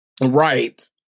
Right